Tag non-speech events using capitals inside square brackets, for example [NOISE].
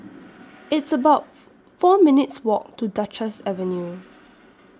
It's about [NOISE] four minutes' Walk to Duchess Avenue